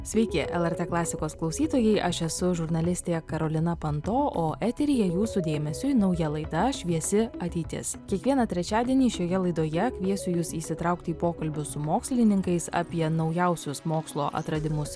sveiki lrt klasikos klausytojai aš esu žurnalistė karolina pant o eteryje jūsų dėmesiui nauja laida šviesi ateitis kiekvieną trečiadienį šioje laidoje kviesiu jus įsitraukti į pokalbius su mokslininkais apie naujausius mokslo atradimus